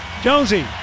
jonesy